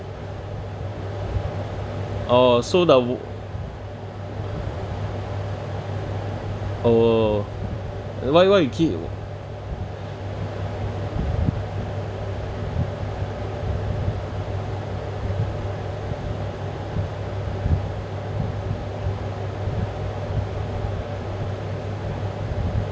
oh so the oh why why you keep